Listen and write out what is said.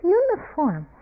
uniform